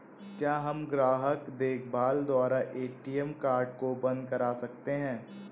क्या हम ग्राहक देखभाल द्वारा ए.टी.एम कार्ड को बंद करा सकते हैं?